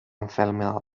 enfermedad